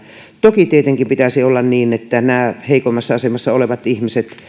toki tietenkin pitäisi olla niin että nämä heikoimmassa asemassa olevat ihmiset